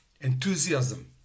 Enthusiasm